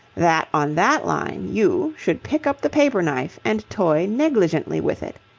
that, on that line, you, should pick up the paper-knife and toy negligently with it.